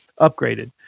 upgraded